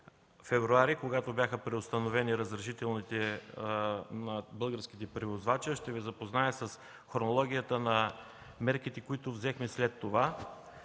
когато бяха преустановени разрешителните на българските превозвачи, а ще Ви запозная с хронологията на мерките, които взехме след това.